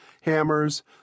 hammers